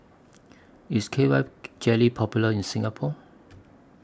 IS K Y Jelly Popular in Singapore